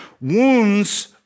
wounds